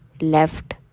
left